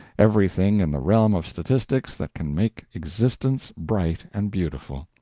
everything in the realm of statistics that can make existence bright and beautiful.